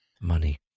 Money